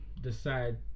decide